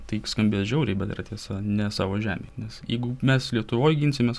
tai skambės žiauriai bet yra tiesa ne savo žemėj nes jeigu mes lietuvoje ginsimės